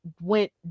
went